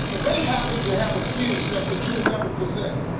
they happen to have a skill set that you'll never possess.